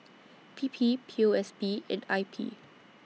P P P O S B and I P